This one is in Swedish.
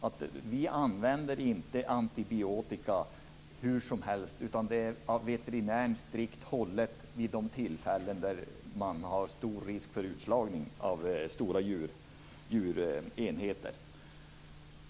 Antibiotika används inte hur som helst, utan det är en av veterinären strikt hållning vid de tillfällen då det finns stor risk för utslagning av stora djurenheter.